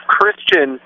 Christian